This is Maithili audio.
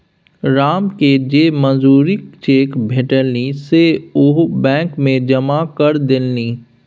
रामकेँ जे मजूरीक चेक भेटलनि से ओ बैंक मे जमा करा देलनि